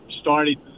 started